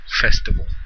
festival